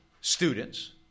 students